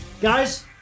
guys